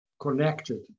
connected